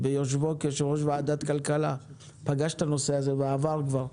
ביושבו כיושב ראש ועדת כלכלה הוא פגש את הנושא הזה כבר בעבר.